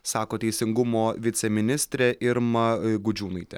sako teisingumo viceministrė irma gudžiūnaitė